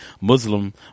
Muslim